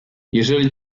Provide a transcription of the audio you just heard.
jeżeli